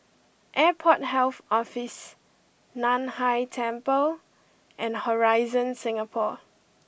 Airport Health Office Nan Hai Temple and Horizon Singapore